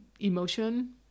emotion